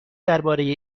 درباره